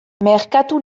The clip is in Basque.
merkatu